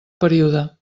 període